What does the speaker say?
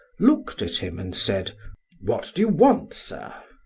looked at him, and said what do you want, sir?